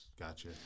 Gotcha